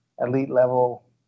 elite-level